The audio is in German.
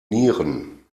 nieren